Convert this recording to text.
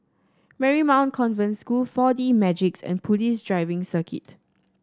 Marymount Convent School Four D Magix and Police Driving Circuit